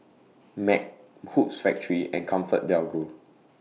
MAG Hoops Factory and ComfortDelGro